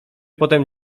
potem